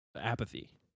apathy